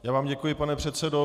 Já vám děkuji, pane předsedo.